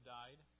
died